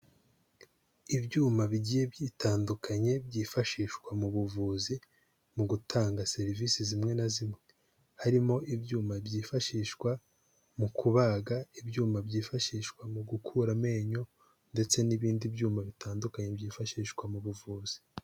Ibyuma bigiye bitandukanye byifashishwa mu buvuzi mu gutanga serivisi zimwe na zimwe, harimo ibyuma byifashishwa mu kubaga, ibyuma byifashishwa mu gukura amenyo ndetse n'ibindi byuma bitandukanye byifashishwa mu buvuzi.